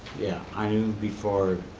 yeah, i knew before,